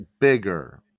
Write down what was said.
bigger